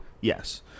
Yes